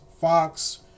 Fox